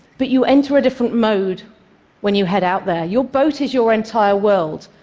but you enter a different mode when you head out there. your boat is your entire world,